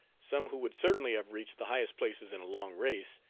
some who would certainly have reached the highest places in a long race,